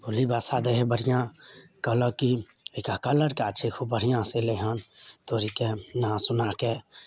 लिबासा दए हय बढ़िआँ कहलक की ई ई केकर लड़का छै खुब बढ़िआँ से एलै हन तोरीके नहा सोना के